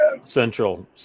central